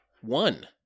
One